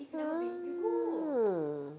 ah